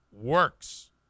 works